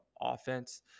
offense